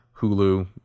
Hulu